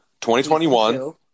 2021